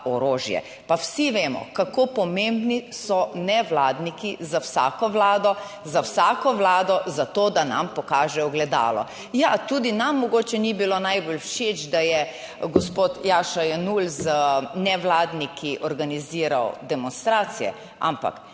Pa vsi vemo, kako pomembni so nevladniki za vsako vlado, za vsako vlado, zato, da nam pokaže ogledalo. Ja, tudi nam mogoče ni bilo najbolj všeč, da je gospod Jaša Jenull z nevladniki organiziral demonstracije. Ampak